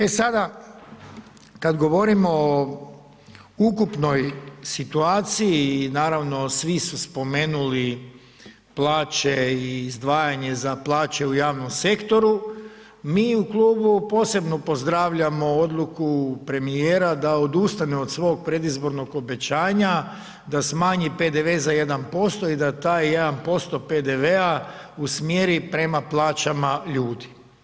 E sada kad govorimo o ukupnoj situaciji i naravno svi su spomenuli plaće i izdvajanje za plaće u javnom sektoru mi u klubu posebno pozdravljamo odluku premijera da odustane od svog predizbornog obećanja, da smanji PDV za 1% i da taj 1% PDV-a usmjeri prema plaćama ljudi.